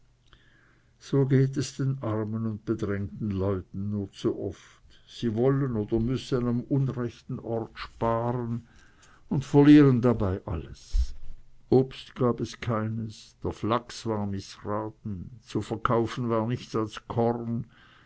so geht es armen oder bedrängten leuten nur zu oft sie wollen oder müssen am unrechten ort sparen und verlieren dabei alles obst gab es keines der flachs war mißraten zu verkaufen war nichts als korn